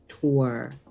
tour